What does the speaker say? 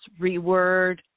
reword